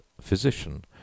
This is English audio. physician